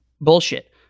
bullshit